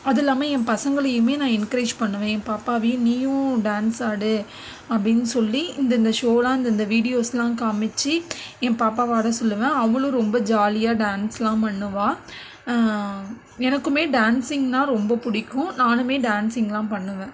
அது இல்லாமல் என் பசங்களையுமே நான் என்கரேஜ் பண்ணுவேன் என் பாப்பாவையும் நீயும் டான்ஸ் ஆடு அப்படின்னு சொல்லி இந்த இந்த ஷோலாம் இந்த இந்த வீடியோஸ்லாம் காமித்து என் பாப்பாவை ஆட சொல்லுவேன் அவளும் ரொம்ப ஜாலியாக டான்ஸ்லாம் பண்ணுவாள் எனக்கும் டான்சிங்னால் ரொம்ப பிடிக்கும் நானும் டான்சிங்லாம் பண்ணுவேன்